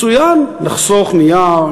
מצוין: נחסוך נייר,